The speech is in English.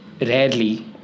rarely